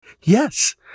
Yes